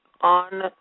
on